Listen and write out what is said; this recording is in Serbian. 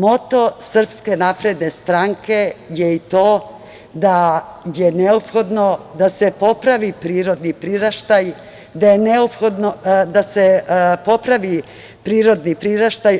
Moto Srpske napredne stranke je i to da je neophodno da se popravi prirodni priraštaj,